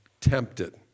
tempted